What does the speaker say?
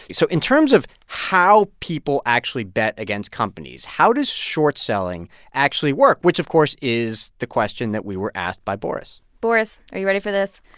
so in terms of how people actually bet against companies, how does short selling actually work? which, of course, is the question that we were asked by boris boris, are you ready for this?